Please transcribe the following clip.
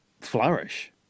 flourish